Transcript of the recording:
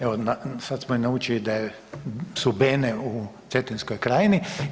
Evo sad smo i naučili da su bene u Cetinskoj krajini.